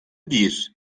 bir